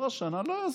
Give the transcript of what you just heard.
עברה שנה, לא יוזמים.